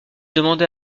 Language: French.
demandé